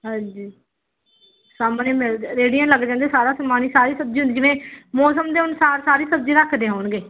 ਹਾਂਜੀ ਸਾਹਮਣੇ ਮਿਲ ਜ ਰੇਹੜੀਆਂ ਲੱਗ ਜਾਂਦੀਆ ਸਾਰਾ ਸਮਾਨ ਹੀ ਸਾਰੀ ਸਬਜ਼ੀ ਹੁਣ ਜਿਵੇਂ ਮੌਸਮ ਦੇ ਅਨੁਸਾਰ ਸਾਰੀ ਸਬਜ਼ੀ ਰੱਖਦੇ ਹੋਣਗੇ